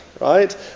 Right